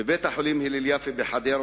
בבית-החולים "הלל יפה" בחדרה,